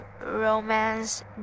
romance